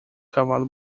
cavalo